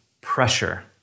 pressure